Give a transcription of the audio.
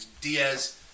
Diaz